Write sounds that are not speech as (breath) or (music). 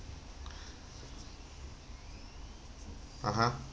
(breath) (uh huh)